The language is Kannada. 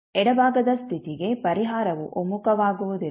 ಎಡಭಾಗದ ಸ್ಥಿತಿಗೆ ಪರಿಹಾರವು ಒಮ್ಮುಖವಾಗುವುದಿಲ್ಲ